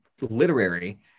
literary